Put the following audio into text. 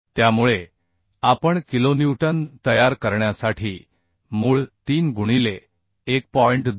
त्यामुळे आपण किलोन्यूटन तयार करण्यासाठी मूळ 3 गुणिले 1